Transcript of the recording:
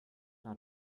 not